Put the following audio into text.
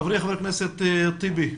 חברי חבר הכנסת טיבי,